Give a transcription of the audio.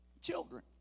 children